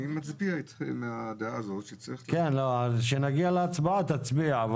אני מצביע עם הדעה הזו ש --- כשנגיע להצבעה תצביע,